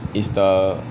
is the